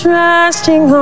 resting